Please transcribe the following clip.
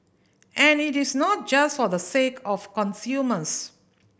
and it is not just for the sake of consumers